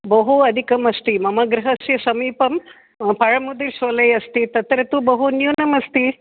बहु अधिकम् अस्ति मम गृहस्य समीपं पयमुदिशोले अस्ति तत्र तु बहु न्यूनम् अस्ति